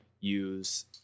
use